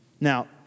Now